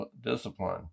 discipline